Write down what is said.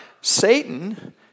Satan